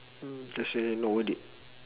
hmm just say not worth it